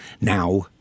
Now